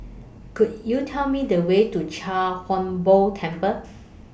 Could YOU Tell Me The Way to Chia Hung Boo Temple